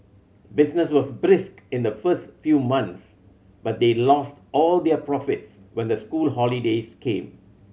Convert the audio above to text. business was brisk in the first few months but they lost all their profits when the school holidays came